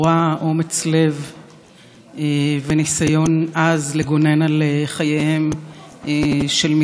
וניסיון עז לגונן על חייהם של מי ששהו באותו מקום.